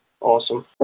awesome